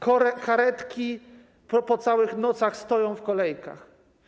Karetki po całych nocach stoją w kolejkach.